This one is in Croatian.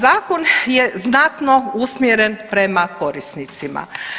Zakon je znatno usmjeren prema korisnicima.